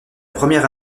première